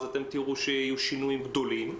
אתם תראו שיהיו שינויים גדולים,